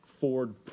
Ford